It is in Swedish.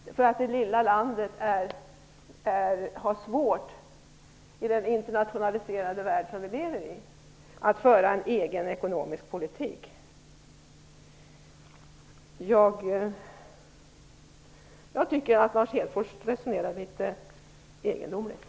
Han sade att det lilla landet har svårt att föra en egen ekonomisk politik i den internationaliserade värld vi lever i. Jag tycker att Lars Hedfors resonerar litet egendomligt.